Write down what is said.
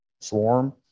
swarm